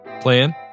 Plan